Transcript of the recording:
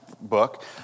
book